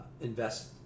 invest